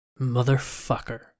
Motherfucker